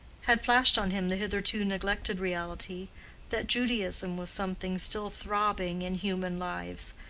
had flashed on him the hitherto neglected reality that judaism was something still throbbing in human lives,